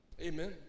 Amen